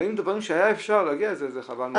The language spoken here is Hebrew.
אבל אם דברים שהיה אפשר להגיע לזה זה חבל מאוד.